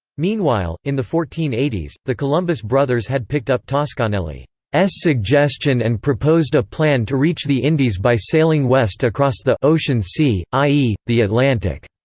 meanwhile, in the fourteen eighty s, the columbus brothers had picked up toscanelli's suggestion and proposed a plan to reach the indies by sailing west across the ocean sea, i e, the atlantic.